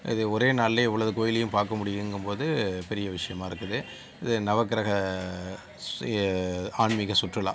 இது ஒரே நாள்லேயே இவ்வளவு கோயிலையும் பார்க்க முடியுங்கும்போது பெரிய விஷயமாக இருக்குது இது நவக்கிரக ஸ்ரீ ஆன்மீக சுற்றுலா